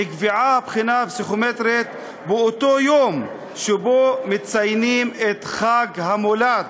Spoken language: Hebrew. נקבעה הבחינה הפסיכומטרית באותו יום שמציינים את חג המולד,